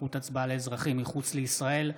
זכות הצבעה לאזרחים מחוץ לישראל),